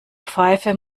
pfeife